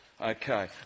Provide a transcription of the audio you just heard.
okay